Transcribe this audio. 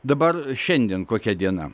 dabar šiandien kokia diena